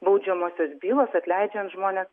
baudžiamosios bylos atleidžiant žmones